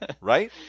right